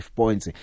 points